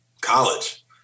college